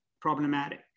problematic